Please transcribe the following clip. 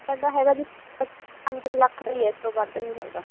ਸਾਡਾ ਹੈਗਾ ਜੀ ਪੰਜ ਕੁ ਲੱਖ ਦਾ ਹੀ ਹੈ ਇਸ ਤੋਂ ਵੱਧ ਨਹੀਂ ਹੈਗਾ